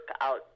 out